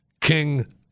King